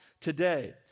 today